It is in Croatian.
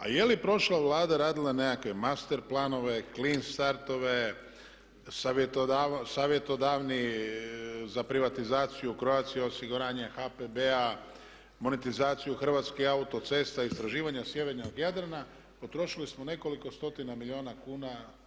A je li prošla Vlada radila nekakve master planove, clean startove, savjetodavni za privatizaciju Croatia osiguranje, HPB-a, monetizaciju Hrvatskih autocesta, istraživanja sjevernog Jadrana potrošili smo nekoliko stotina milijuna kuna.